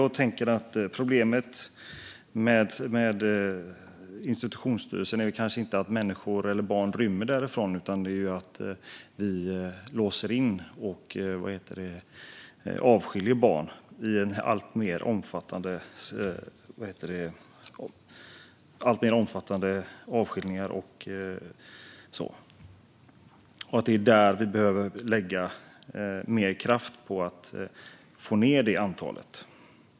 Problemet med institutionsstyrelsen är kanske inte att barn rymmer därifrån utan att vi i större omfattning låser in och avskiljer barn. Det är där vi behöver lägga mer kraft på att minska antalet.